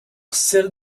style